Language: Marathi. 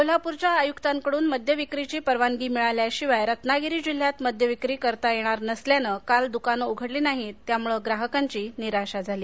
कोल्हापूरच्या आयुक्तांकडून मद्य विक्रीची परवानगी मिळाल्याशिवाय रत्नागिरी जिल्ह्यात मद्य विक्री करता येणार नसल्यानं काल दुकानं उघडली नाहीत त्यामुळे ग्राहकांची निराशा झाली